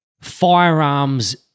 firearms